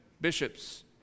bishops